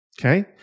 Okay